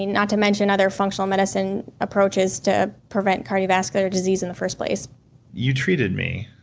not to mention other functional medicine approaches to prevent cardiovascular disease in the first place you treated me.